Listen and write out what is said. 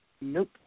Nope